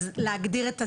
אז להגדיר את הסמכויות,